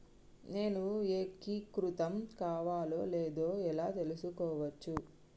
నేను ఏకీకృతం కావాలో లేదో ఎలా తెలుసుకోవచ్చు?